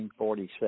1947